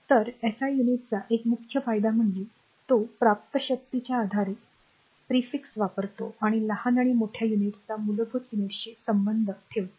तर एसआय युनिटचा एक मुख्य फायदा म्हणजे तो प्राप्त शक्तीच्या आधारे प्रीफिक्स वापरतो आणि लहान आणि मोठ्या युनिट्सचा मूलभूत युनिट्सशी संबंध ठेवतो